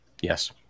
Yes